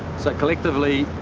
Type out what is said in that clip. so collectively,